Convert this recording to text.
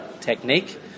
technique